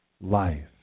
life